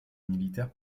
militaires